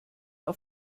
auf